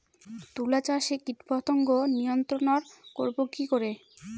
তুলা চাষে কীটপতঙ্গ নিয়ন্ত্রণর করব কি করে?